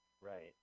Right